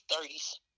thirties